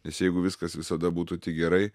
nes jeigu viskas visada būtų tik gerai